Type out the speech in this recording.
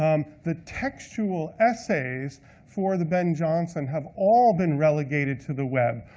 um the textual essays for the ben jonson have all been relegated to the web,